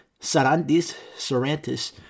Sarantis